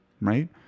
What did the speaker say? right